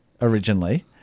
originally